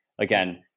Again